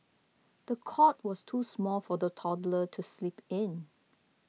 the cot was too small for the toddler to sleep in